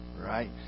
right